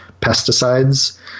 pesticides